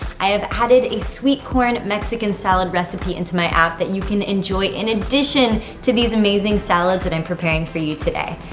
i have added a sweet corn mexican salad recipe into my app that you can enjoy in addition to these amazing salads that i am preparing for you today.